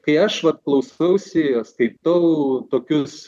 kai aš vat klausausi skaitau tokius